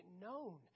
known